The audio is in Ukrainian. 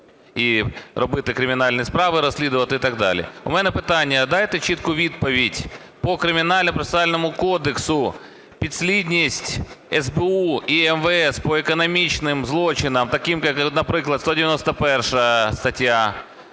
і робити кримінальні справи, розслідувати і так далі. У мене питання, дайте чітку відповідь. По Кримінальному процесуальному кодексу підслідність СБУ і МВС по економічним злочинам таким, як наприклад, 191 стаття,